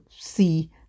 see